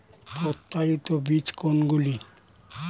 প্রত্যায়িত বীজ কোনগুলি?